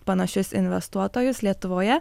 panašius investuotojus lietuvoje